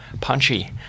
Punchy